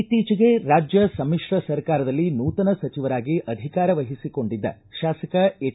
ಇತ್ತೀಚೆಗೆ ರಾಜ್ಯ ಸಮಿತ್ರ ಸರ್ಕಾರದಲ್ಲಿ ನೂತನ ಸಚಿವರಾಗಿ ಅಧಿಕಾರ ವಹಿಸಿಕೊಂಡಿದ್ದ ಶಾಸಕ ಎಚ್